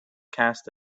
cast